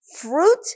fruit